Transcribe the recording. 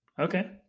Okay